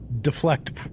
deflect